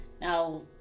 Now